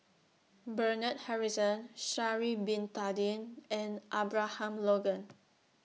Bernard Harrison Sha'Ari Bin Tadin and Abraham Logan